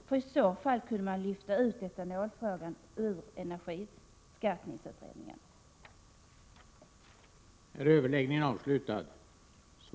Om så är fallet kunde man lyfta bort frågan om etanolen från den utredning om de indirekta skatterna som behandlar energiskatterna.